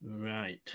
Right